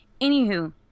Anywho